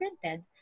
printed